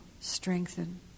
strengthen